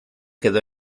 quedó